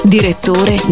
Direttore